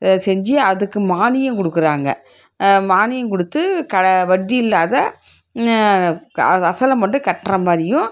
செஞ்சு அதுக்கு மானியம் கொடுக்கறாங்க மானியம் கொடுத்து வட்டி இல்லாம அது அசலை மட்டும் கட்டுற மாதிரியும்